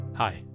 Hi